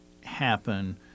happen